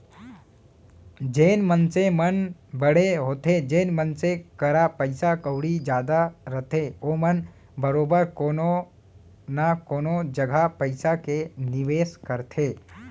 जेन मनसे मन बड़े होथे जेन मनसे करा पइसा कउड़ी जादा रथे ओमन बरोबर कोनो न कोनो जघा पइसा के निवेस करथे